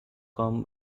com